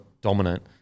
dominant